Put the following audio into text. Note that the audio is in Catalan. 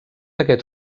aquest